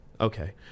Okay